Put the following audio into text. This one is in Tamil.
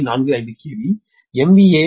45 KV Bnew is 100